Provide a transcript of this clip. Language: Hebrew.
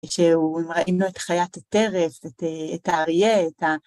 כשהוא ראינו את חיית הטרף, את האריה, את ה...